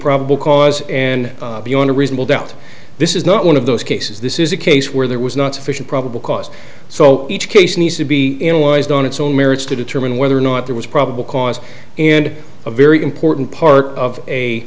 probable cause and beyond a reasonable doubt this is not one of those cases this is a case where there was not sufficient probable cause so each case needs to be analyzed on its own merits to determine whether or not there was probable cause and a very important part of a